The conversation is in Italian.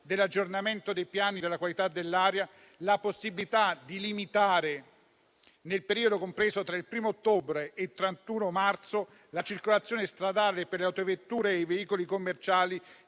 dell'aggiornamento dei piani della qualità dell'aria, viene concessa alle Regioni la possibilità di limitare, nel periodo compreso tra il 1° ottobre e il 31 marzo, la circolazione stradale per le autovetture e i veicoli commerciali